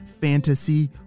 fantasy